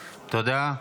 תודה.